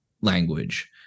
language